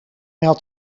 had